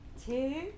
two